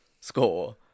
score